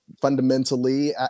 fundamentally